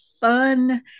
fun